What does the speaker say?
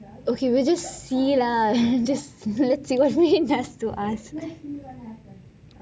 okay we'll just see lah just see let's see what uni has to offer let's see what happens alright